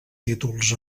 títols